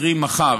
קרי מחר,